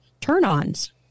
turn-ons